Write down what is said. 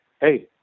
Hey